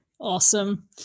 Awesome